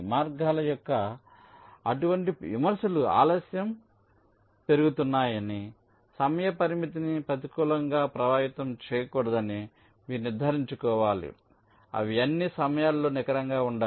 మార్గాల యొక్క అటువంటి విమర్శలు ఆలస్యం పెరుగుతున్నాయని సమయ పరిమితిని ప్రతికూలంగా ప్రభావితం చేయకూడదని మీరు నిర్ధారించుకోవాలి అవి అన్ని సమయాల్లో నికరంగా ఉండాలి